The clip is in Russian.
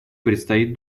предстоит